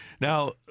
Now